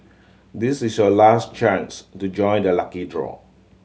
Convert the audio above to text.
this is your last chance to join the lucky draw